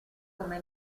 come